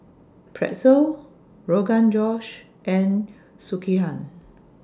Pretzel Rogan Josh and Sekihan